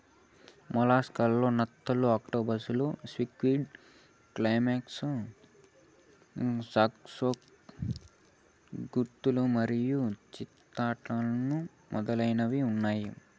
mollusc లలో నత్తలు, ఆక్టోపస్లు, స్క్విడ్, క్లామ్స్, స్కాలోప్స్, గుల్లలు మరియు చిటాన్లు మొదలైనవి ఉన్నాయి